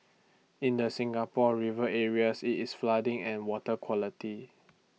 in the Singapore river areas IT is flooding and water quality